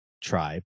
tribe